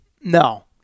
No